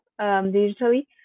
digitally